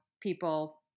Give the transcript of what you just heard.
people